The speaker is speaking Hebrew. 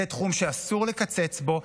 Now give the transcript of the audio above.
זה תחום שאסור לקצץ בו.